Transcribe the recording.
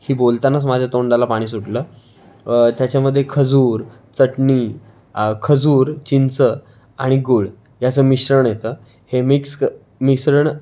ही बोलतानाच माझ्या तोंडाला पाणी सुटलं त्याच्यामध्ये खजूर चटणी खजूर चिंच आणि गुळ याचं मिश्रण येतं हे मिक्स क मिश्रण